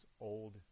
old